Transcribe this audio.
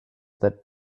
that